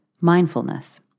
mindfulness